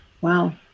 wow